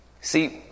See